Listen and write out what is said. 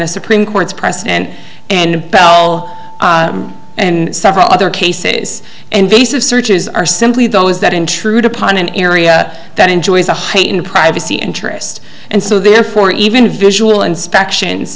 the supreme court's press and and pal and several other cases invasive searches are simply those that intrude upon an area that enjoys a high in privacy interest and so therefore even visual inspections